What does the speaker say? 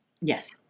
Yes